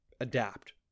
adapt